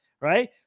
right